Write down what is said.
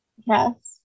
Yes